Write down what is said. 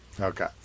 okay